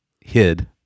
hid